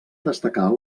destacar